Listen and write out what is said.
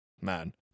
man